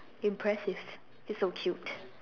impressive he's so cute